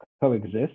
coexist